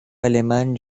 alemán